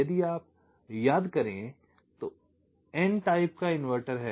यदि आप याद करें तो n टाइप का इन्वर्टर है